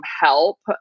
help